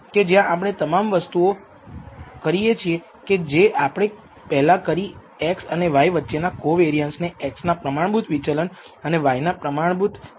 કે જ્યાં આપણે તમામ વસ્તુ કરીએ છીએ કે જે આપણે પહેલા કરી x અને y વચ્ચેના કોવેરિઅન્સને x ના પ્રમાણભૂત વિચલન અને y ના પ્રમાણભૂત વિચલનથી ભાગવું